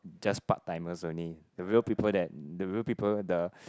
just part timers only the real people that the real people the